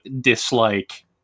dislike